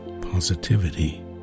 positivity